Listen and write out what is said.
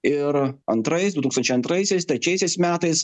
ir antrais du tūkstančiai antraisiais trečiaisiais metais